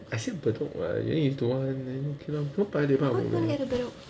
I say bedok what then you don't want then K lor go paya lebar